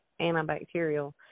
antibacterial